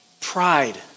Pride